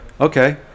Okay